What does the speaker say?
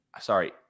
sorry